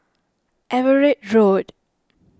Everitt Road